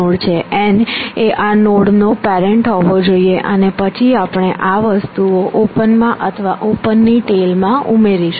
n એ આ node નો પેરેન્ટ હોવો જોઈએ અને પછી આપણે આ વસ્તુઓ ઓપનમાં અથવા ઓપનની ટેલ માં ઉમેરીશું